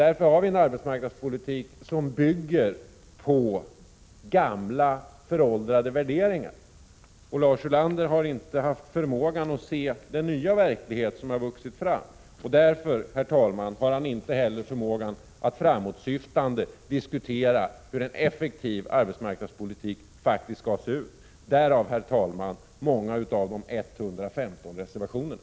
Därför har vi en arbetsmarknadspolitik som bygger på föråldrade värderingar. Lars Ulander har inte haft förmågan att se den nya verklighet som har vuxit fram. Därför, herr talman, har han inte heller förmågan att framåtsyftande diskutera hur en effektiv arbetsmarknadspolitik faktiskt skall se ut. Detta är anledningen till många av de 115 reservationerna.